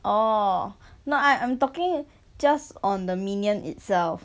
orh no I I am talking just on the minion itself